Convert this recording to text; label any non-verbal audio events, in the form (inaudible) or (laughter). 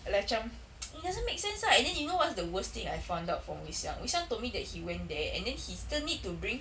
like macam (noise) it doesn't make sense lah and then you know what's the worst thing I found out from wei xiang wei xiang told me that he went there and then he still need to bring